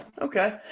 Okay